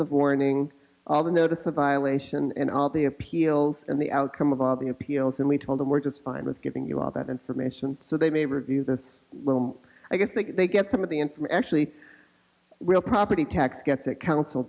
of warning all the notice of violation and all the appeals and the outcome of all the appeals and we told them we're just fine with giving you all that information so they may review this will i guess that they get some of the answer actually real property tax get that coun